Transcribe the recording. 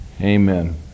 Amen